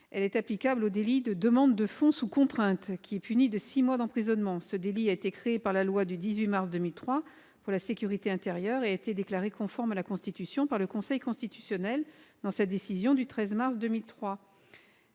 exemple applicable en cas de délit de demande de fonds sous contrainte qui est puni d'une peine de six mois d'emprisonnement. Ce délit a été créé par la loi du 18 mars 2003 pour la sécurité intérieure et a été déclaré conforme à la Constitution par le Conseil constitutionnel dans sa décision du 13 mars 2003.